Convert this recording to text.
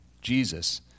Jesus